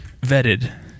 vetted